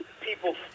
People